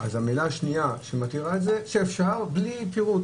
המילה השנייה שמתירה את זה היא שאפשר בלי תירוץ.